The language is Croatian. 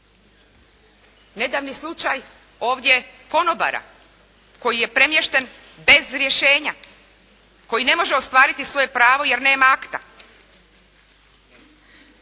Nedavni slučaj ovdje konobara koji je premješten bez rješenja, koji ne može ostvariti svoje pravo jer nema akta.